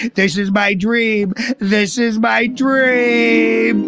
is is my dream this is my dream a